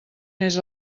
més